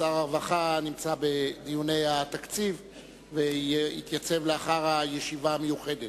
שר הרווחה נמצא בדיוני התקציב ויתייצב לאחר הישיבה המיוחדת.